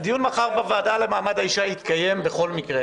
הדיון מחר בוועדה לקידום מעמד האישה יתקיים בכל מקרה.